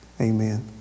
Amen